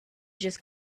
just